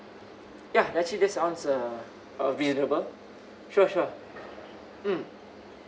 ya actually that sounds uh uh reasonable sure sure mm